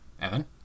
Evan